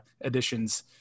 additions